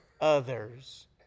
others